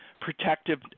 protective